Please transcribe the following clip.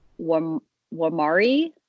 Wamari